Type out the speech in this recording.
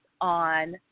on